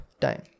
time